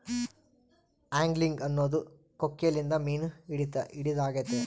angling ಅನ್ನೊದು ಕೊಕ್ಕೆಲಿಂದ ಮೀನು ಹಿಡಿದಾಗೆತೆ